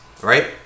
right